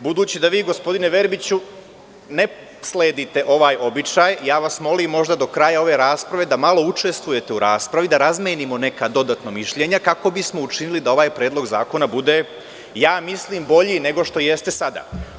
Budući da vi, gospodine Verbiću, ne sledite ovaj običaj, ja vas molim, možda do kraja ove rasprave, da malo učestvujete u raspravi, da razmenimo neka dodatna mišljenja, kako bi smo učinili da ovaj predlog zakona bude, mislim, bolji nego što jeste sada.